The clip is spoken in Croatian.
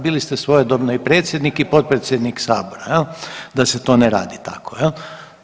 Bili ste svojedobno i predsjednik i potpredsjednik Sabora, je li, da se to ne radi tako, je li.